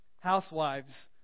Housewives